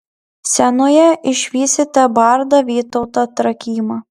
scenoje išvysite bardą vytautą trakymą